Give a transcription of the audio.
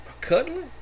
cuddling